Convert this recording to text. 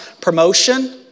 promotion